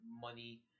money